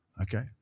Okay